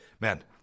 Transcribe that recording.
man